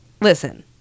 listen